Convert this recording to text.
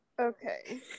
Okay